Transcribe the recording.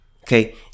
okay